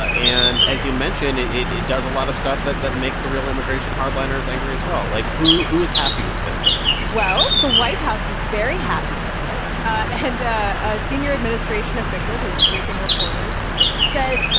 ah and as you mentioned, it it does a lot of stuff that that makes the real immigration hard-liners angry, as well. like, who who is happy with this? well, the white house is very happy with it. and a senior administration official who was briefing reporters said,